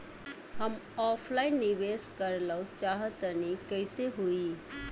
हम ऑफलाइन निवेस करलऽ चाह तनि कइसे होई?